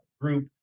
group